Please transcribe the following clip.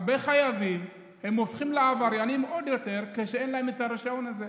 הרבה חייבים הופכים עוד יותר לעבריינים כשאין להם הרישיון הזה.